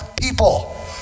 people